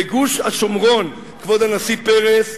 בגוש השומרון, כבוד הנשיא פרס,